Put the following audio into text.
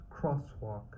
crosswalk